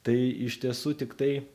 tai iš tiesų tik tai